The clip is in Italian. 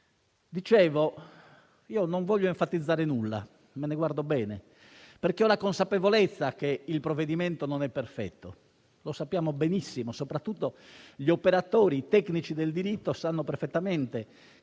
Paese. Non voglio enfatizzare nulla, me ne guardo bene, perché ho la consapevolezza che il provvedimento non è perfetto: lo sappiamo benissimo e soprattutto gli operatori tecnici del diritto sanno perfettamente